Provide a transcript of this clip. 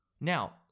Now